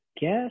guess